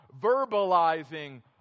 verbalizing